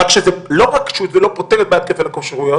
רק שזה לא רק לא פותר את בעיית כפל הכשרויות,